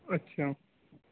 اچھا